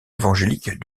évangélique